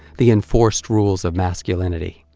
the enforced rules of masculinity.